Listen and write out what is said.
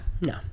no